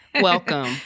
Welcome